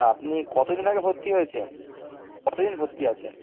তা আপনি কতদিন আগে ভর্তি হয়েছেন কতদিন ভর্তি আছেন